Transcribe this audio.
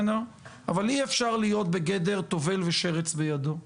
אבל אי אפשר להיות בגדר טובל ושרץ בידו.